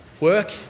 work